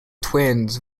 twins